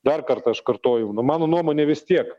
dar kartą aš kartoju nu mano nuomone vis tiek